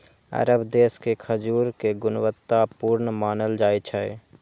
अरब देश के खजूर कें गुणवत्ता पूर्ण मानल जाइ छै